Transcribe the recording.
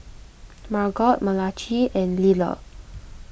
Margot Malachi and Liller